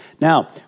Now